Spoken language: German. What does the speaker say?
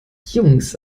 jungs